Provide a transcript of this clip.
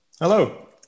hello